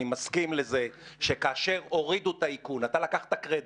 אני מסכים לזה שכאשר הורידו את האיכון אתה לקחת קרדיט.